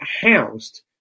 housed